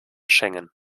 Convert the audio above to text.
schengen